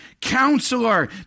Counselor